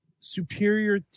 superior